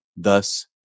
Thus